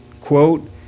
quote